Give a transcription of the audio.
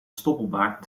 stoppelbaard